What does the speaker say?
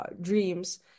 dreams